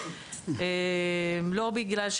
לא בגלל,